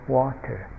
water